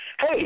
hey